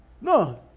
No